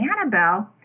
Annabelle